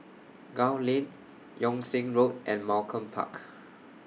Gul Lane Yung Sheng Road and Malcolm Park